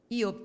io